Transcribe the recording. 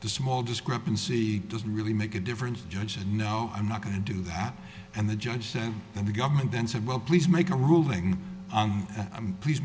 the small discrepancy doesn't really make a difference judge said no i'm not going to do that and the judge said that the government then said well please make a ruling and i'm please